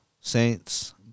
Saints